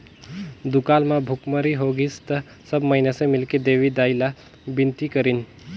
दुकाल म भुखमरी होगिस त सब माइनसे मिलके देवी दाई ला बिनती करिन